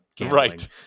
right